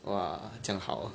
!wah! 这样好啊